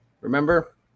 Remember